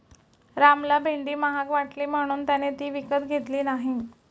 रामला भेंडी महाग वाटली म्हणून त्याने ती विकत घेतली नाही